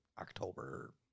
October